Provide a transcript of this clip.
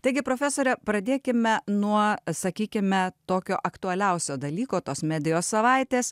taigi profesore pradėkime nuo sakykime tokio aktualiausio dalyko tos medijos savaitės